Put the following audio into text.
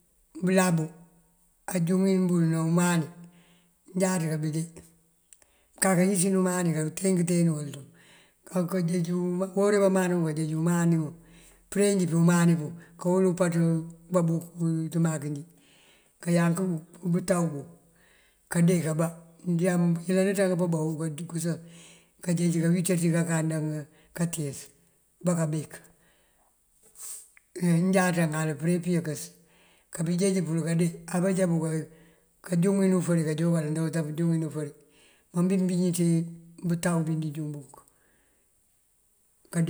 Bëlabu ajúŋ imbul ná umani njáaţ kabíndee kanká wísën umani karu kanteen kënteen wël ţun. uwora ubabanu kanjeeju umani wun përe njí pí uman wun kawël umpaţ babúk ţëmak njí kayank butawu bun, kandee kabá. Yëlanaţank pëbá bandukësin kanjeej kawiţ ţí kankanda kantíis abá kabek. Injáaţa kaŋal përe pëyëkës kabí jeej pël kande. Abunjá kanjúŋi ufëri kanjabu kël ndawëtan pënjúŋi ufëri. Má mëmbí biñ ţí bëtaw bí ndinjúŋ bunk.